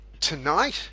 Tonight